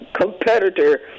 competitor